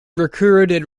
recruited